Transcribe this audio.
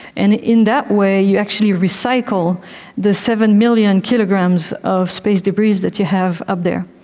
and in that way you actually recycle the seven million kilograms of space debris that you have up there.